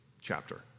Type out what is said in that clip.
chapter